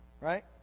right